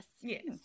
Yes